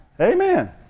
Amen